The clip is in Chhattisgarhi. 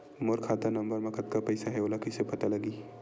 मोर खाता नंबर मा कतका पईसा हे ओला कइसे पता लगी?